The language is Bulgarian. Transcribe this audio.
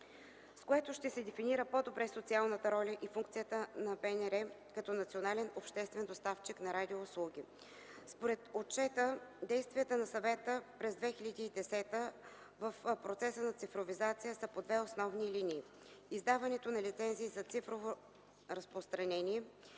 с което ще се дефинира по-добре социалната роля и функция на БНР като национален обществен доставчик на радиоуслуги. Според отчета действията на Съвета през 2010 г. в процеса на цифровизация са по две основни линии – издаването на лицензии за цифрово разпространение